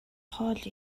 хоол